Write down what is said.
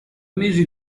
mesi